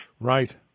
Right